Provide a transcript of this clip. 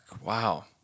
Wow